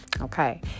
Okay